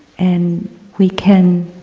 and we can